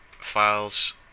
files